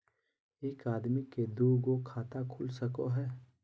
एक आदमी के दू गो खाता खुल सको है?